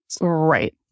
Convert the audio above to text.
Right